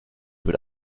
wird